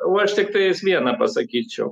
o aš tiktais vieną pasakyčiau